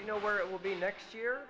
you know where it will be next year